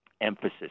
emphasis